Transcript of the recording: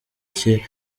cye